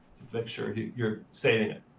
make sure you're saving it.